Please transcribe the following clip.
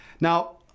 now